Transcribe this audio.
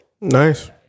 Nice